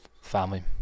family